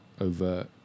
overt